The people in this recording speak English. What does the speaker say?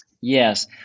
Yes